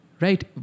Right